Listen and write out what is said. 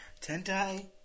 Tentai